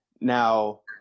now –